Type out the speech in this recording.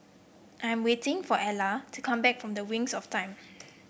I am waiting for Elva to come back from Wings of Time